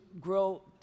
grow